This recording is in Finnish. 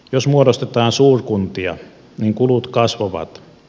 jos muodostetaan suurkuntia niin kulut kasvavat